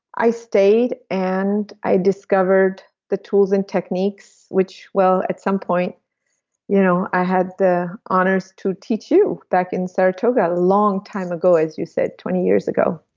i stayed and i discovered the tools and techniques, which well at some point you know i had the honors to teach you back in saratoga a long time ago, as you said twenty years ago